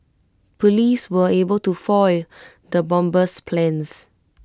Police were able to foil the bomber's plans